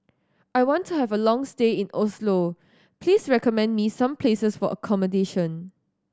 I want to have a long stay in Oslo please recommend me some places for accommodation